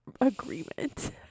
agreement